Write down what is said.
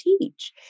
teach